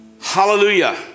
Hallelujah